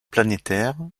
planétaire